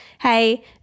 hey